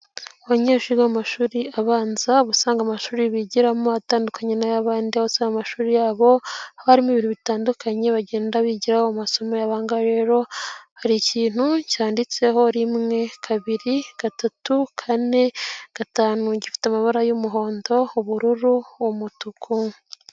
Abanyeshuri bo mu mashuri abanza usanga amashuri bigiramo atandukanye n'ay'abandi baza amashuri yabo abarimo ibintu bitandukanye bagenda bigira mu masomo, ahangaha rero hari ikintu cyanditseho rimwe, kabiri, gatatu, kane, gatanu, gifite amabara y'umuhondo ubururu, umutuku.